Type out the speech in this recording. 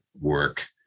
work